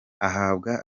ahabwa